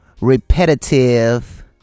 repetitive